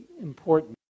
important